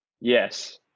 Yes